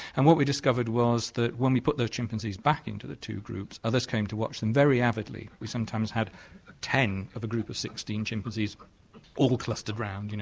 and what we discovered was that when we put the chimpanzees back into the two groups, others came to watch them very avidly. we sometimes had ten of a group of sixteen chimpanzees all clustered round, you know